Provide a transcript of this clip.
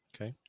Okay